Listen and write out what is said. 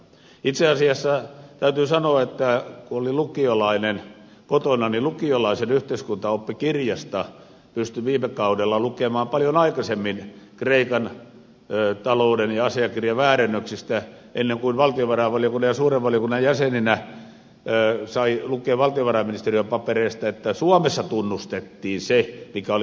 itse asiassa täytyy sanoa että kun oli lukiolainen kotona niin lukiolaisen yhteiskuntaoppikirjasta pystyi viime kaudella lukemaan paljon aikaisemmin kreikan talouden asiakirjaväärennöksistä kuin valtiovarainvaliokunnan ja suuren valiokunnan jäsenenä sai lukea valtiovarainministeriön papereista että suomessa tunnustettiin se mikä oli yleisesti tiedossa